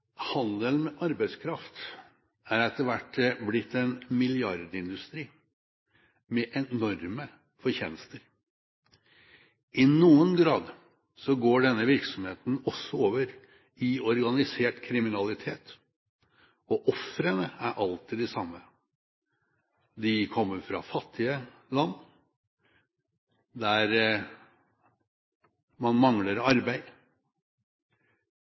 Handel med arbeidskraft er etter hvert blitt en milliardindustri med enorme fortjenester. I noen grad går denne virksomheten også over i organisert kriminalitet, og ofrene er alltid de samme. De kommer fra fattige land, der man mangler arbeid,